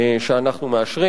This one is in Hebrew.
שאנחנו מאשרים.